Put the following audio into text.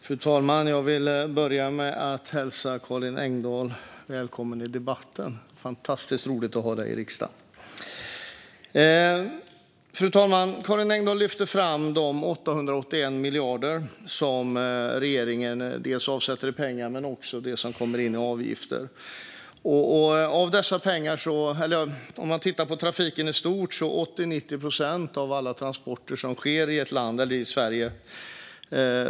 Fru talman! Jag vill börja med att hälsa Karin Engdahl välkommen i debatten. Det är fantastiskt roligt att ha dig i riksdagen. Fru talman! Karin Engdahl lyfte fram de 881 miljarder som dels regeringen avsätter i pengar, dels kommer in i form av avgifter. Tittar vi på trafiken i stort kan vi konstatera att 80-90 procent av alla transporter i Sverige sker på väg.